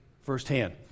firsthand